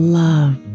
love